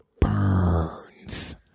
burns